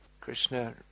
Krishna